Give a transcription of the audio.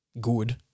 good